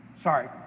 Sorry